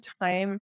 time